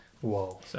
Whoa